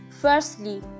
Firstly